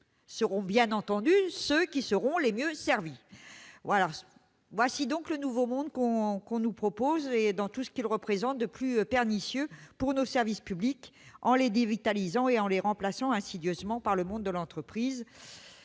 seront bien entendu ceux qui seront les mieux servis. Voici donc le nouveau monde que l'on nous propose, dans tout ce qu'il représente de plus pernicieux pour nos services publics, qui se retrouvent dévitalisés et remplacés insidieusement par le monde de l'entreprise.